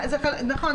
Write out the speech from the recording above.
נכון.